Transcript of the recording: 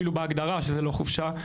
אפילו בהגדרה שזה לא חופשה,